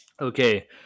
okay